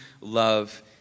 love